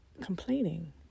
complaining